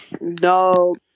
No